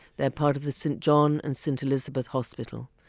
they are part of the st. john and st. elizabeth hospital.